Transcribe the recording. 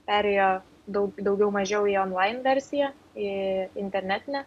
perėjo daug daugiau mažiau į on lain versiją į internetinę